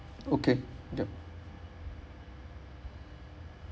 okay yup